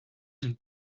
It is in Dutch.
een